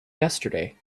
yesterday